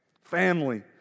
family